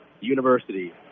University